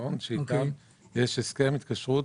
הרישיון שאיתם יש הסכם התקשרות.